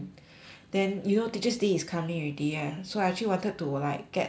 then you know teachers' day is coming already eh so I actually wanted to like get a few